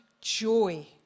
joy